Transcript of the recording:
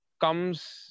comes